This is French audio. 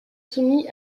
soumis